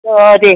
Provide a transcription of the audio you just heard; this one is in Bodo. अ दे